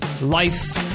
life